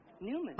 Newman